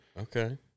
Okay